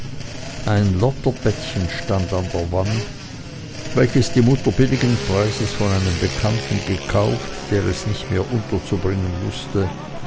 ein lotterbettchen stand an der wand welches die mutter billigen preises von einem bekannten gekauft der es nicht mehr unterzubringen wußte